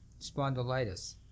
spondylitis